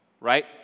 right